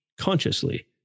consciously